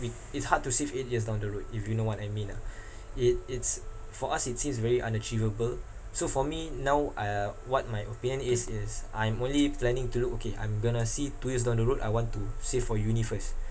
we it's hard to save eight years down the road if you know what I mean ah it it's for us it seems very unachievable so for me now uh what my opinion is is I'm only planning to look okay I'm going to see two years down the road I want to save for uni first